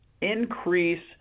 increase